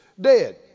dead